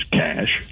cash